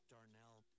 Darnell